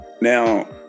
Now